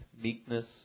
meekness